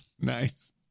Nice